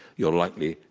you're likely,